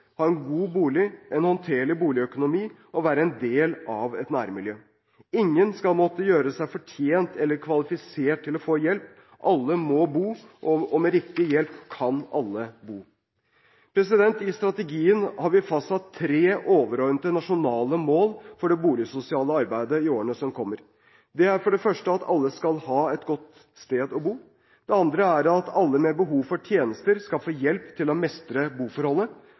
ha muligheten til å mestre hverdagen sin – ha en god bolig og en håndterlig boligøkonomi og være en del av et nærmiljø. Ingen skal måtte gjøre seg fortjent eller kvalifisert til å få hjelp. Alle må bo, og med riktig hjelp kan alle bo. I strategien har vi fastsatt tre overordnede nasjonale mål for det boligsosiale arbeidet i årene som kommer. Disse er: Alle skal ha et godt sted å bo. Alle med behov for tjenester skal få hjelp til å mestre boforholdet.